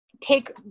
take